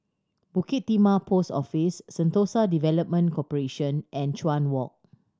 Bukit Timah Post Office Sentosa Development Corporation and Chuan Walk